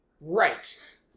Right